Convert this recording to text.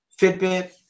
Fitbit